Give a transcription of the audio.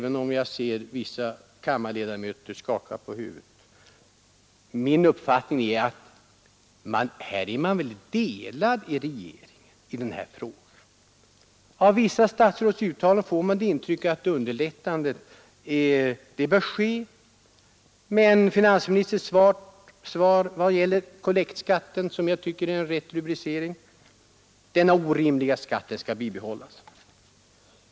Enligt min uppfattning tycks meningarna vara delade inom regeringen i den här frågan. Av vissa statsråds uttalanden får man det intrycket att ett underlättande bör ske, men finansministerns svarar att kollektskatten denna orimliga skatt — skall behållas.